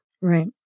Right